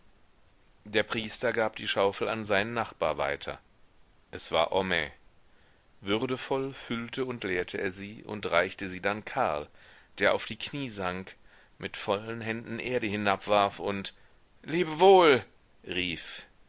der priester gab die schaufel an seinen nachbar weiter es war homais würdevoll füllte und leerte er sie und reichte sie dann karl der auf die knie sank mit vollen händen erde hinabwarf und lebe wohl rief